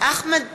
אחמד טיבי,